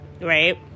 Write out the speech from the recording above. right